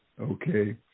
Okay